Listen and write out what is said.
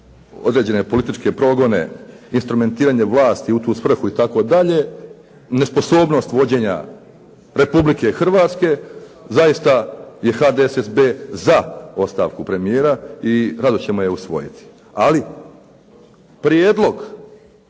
određene političke progone, instrumentiranje vlasti u tu svrhu itd. nesposobnost vođenja Republike Hrvatske, zaista je HDSSB za ostavku premijera i rado ćemo je usvojiti. Ali prijedlog